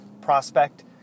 prospect